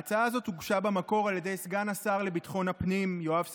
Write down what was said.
ההצעה הזאת הוגשה במקור על ידי סגן השר לביטחון הפנים יואב סגלוביץ'